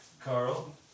Carl